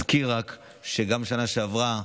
אזכיר רק שגם בשנה שעברה,